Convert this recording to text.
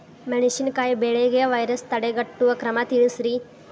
ಮೆಣಸಿನಕಾಯಿ ಬೆಳೆಗೆ ವೈರಸ್ ತಡೆಗಟ್ಟುವ ಕ್ರಮ ತಿಳಸ್ರಿ